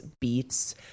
beets